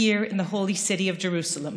כאן בעיר הקודש ירושלים.)